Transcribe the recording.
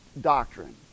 doctrine